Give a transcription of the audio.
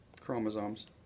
Chromosomes